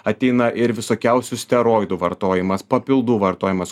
ateina ir visokiausių steroidų vartojimas papildų vartojimas